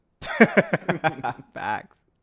facts